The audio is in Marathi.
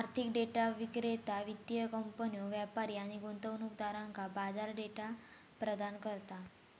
आर्थिक डेटा विक्रेता वित्तीय कंपन्यो, व्यापारी आणि गुंतवणूकदारांका बाजार डेटा प्रदान करता